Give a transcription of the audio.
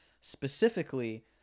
specifically